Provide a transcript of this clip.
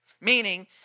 Meaning